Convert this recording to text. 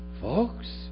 folks